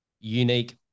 unique